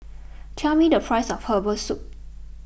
tell me the price of Herbal Soup